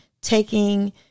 Taking